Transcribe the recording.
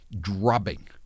drubbing